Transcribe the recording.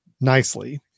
nicely